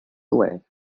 away